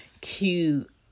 cute